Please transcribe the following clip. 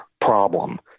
problem